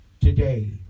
Today